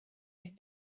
had